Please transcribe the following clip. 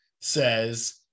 says